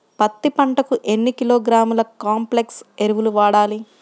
పత్తి పంటకు ఎన్ని కిలోగ్రాముల కాంప్లెక్స్ ఎరువులు వాడాలి?